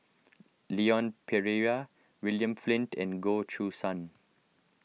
Leon Perera William Flint and Goh Choo San